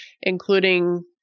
including